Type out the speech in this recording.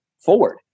forward